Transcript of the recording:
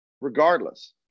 Regardless